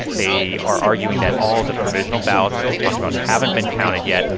they are arguing that all the provisional ballots, like we talked about, haven't been counted yet.